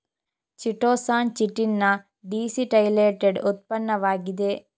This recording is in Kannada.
ಚಿಟೋಸಾನ್ ಚಿಟಿನ್ ನ ಡೀಸಿಟೈಲೇಟೆಡ್ ಉತ್ಪನ್ನವಾಗಿದೆ